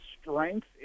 strength